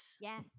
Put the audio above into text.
Yes